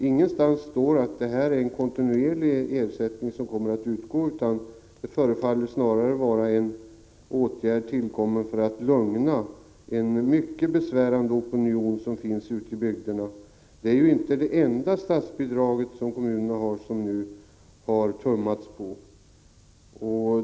Ingenstans står att ersättningen kommer att utgå kontinuerligt, utan det här förefaller snarare vara en åtgärd som är tillkommen för att lugna en mycket besvärande opinion ute i bygderna. Det här statsbidraget till kommunerna är inte det enda som har tummats på.